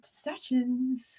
sessions